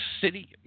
city –